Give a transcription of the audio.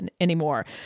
anymore